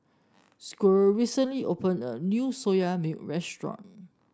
Squire recently opened a new Soya Milk restaurant